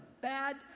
bad